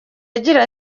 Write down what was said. agira